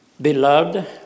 Beloved